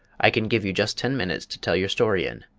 i can give you just ten minutes to tell your story in,